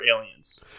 aliens